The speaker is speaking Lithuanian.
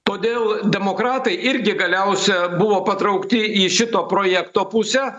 todėl demokratai irgi galiausia buvo patraukti į šito projekto pusę